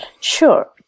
Sure